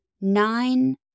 nine